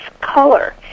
color